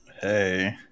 Hey